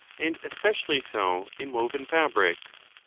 and especially so in woven fabrics.